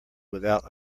without